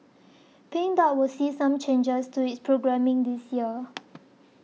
Pink Dot will see some changes to its programming this year